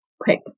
quick